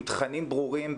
עם תכנים ברורים,